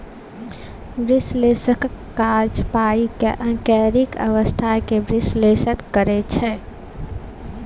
बिश्लेषकक काज पाइ कौरीक अबस्था केँ बिश्लेषण करब छै